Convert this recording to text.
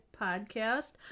podcast